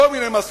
כל מיני מסקנות.